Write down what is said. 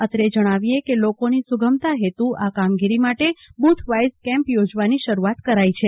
અત્રે જણાવીએ કે લોકોની સુગમતા હેતુ આ કામગીરી માટે બુથવાઈઝ કેમ્પ યોજવાની શરૂઆત કરાઈ છે